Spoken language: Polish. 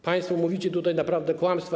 Państwo mówicie tutaj naprawdę kłamstwa.